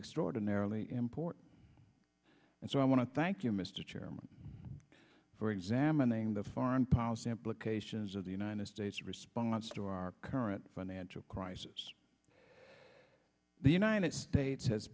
extraordinarily important and so i want to thank you mr chairman for examining the foreign policy implications of the united states response to our current financial crisis the united states has